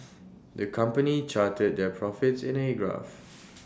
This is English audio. the company charted their profits in A graph